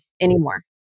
anymore